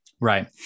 Right